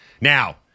Now